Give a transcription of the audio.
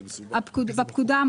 בפקודה,